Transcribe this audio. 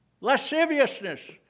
lasciviousness